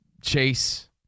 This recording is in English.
chase